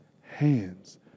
hands